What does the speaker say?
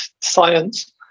science